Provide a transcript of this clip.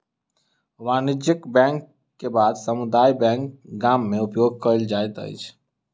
वाणिज्यक बैंक के बाद समुदाय बैंक गाम में उपयोग कयल जाइत अछि